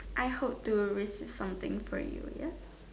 I hope to receive something from you ya